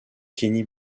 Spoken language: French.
kenny